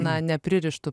na nepririštų